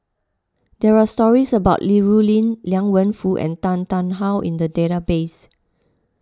there are stories about Li Rulin Liang Wenfu and Tan Tarn How in the database